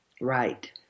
Right